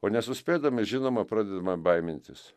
o nesuspėdami žinoma pradedame baimintis